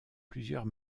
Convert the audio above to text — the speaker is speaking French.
plusieurs